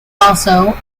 also